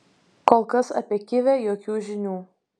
kol kas apie kivę jokių žinių